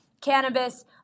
cannabis